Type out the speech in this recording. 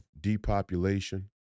depopulation